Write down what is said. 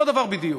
אותו הדבר בדיוק.